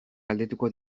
galdetuko